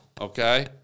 Okay